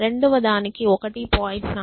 4 మూడవదానికి 1